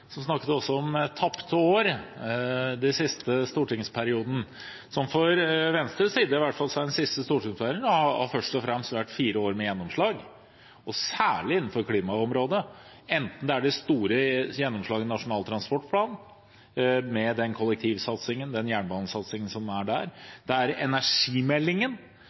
som gjorde at jeg tok ordet igjen. Han snakket om tapte år den siste stortingsperioden. Fra Venstres side i hvert fall har den siste stortingsperioden først og fremst vært fire år med gjennomslag, særlig innenfor klimaområdet, enten det er det store gjennomslaget i Nasjonal transportplan, med den kollektiv- og jernbanesatsingen som er der,